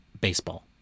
baseball